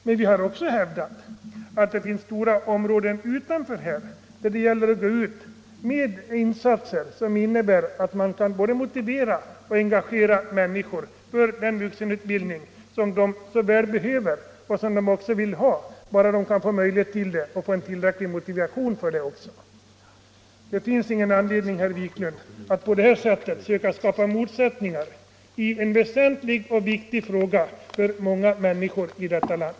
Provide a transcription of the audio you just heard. Men vi har också hävdat att det finns stora områden utanför, som det gäller att nå med insatser som innebär att man kan engagera människor för den vuxenutbildning som de så väl behöver och som de också vill ha, bara de kan få möjlighet — och också tillräcklig motivation. Det finns ingen anledning, herr Wiklund, att på det här sättet söka skapa motsättningar i en fråga som är väsentlig för många människor i detta land.